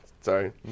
Sorry